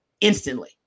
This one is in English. instantly